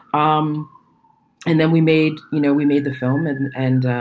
um and then we made you know, we made the film. and and